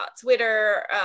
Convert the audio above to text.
Twitter